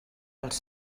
als